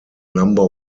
number